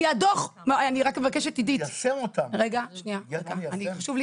עידית, חשוב לי